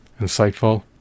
insightful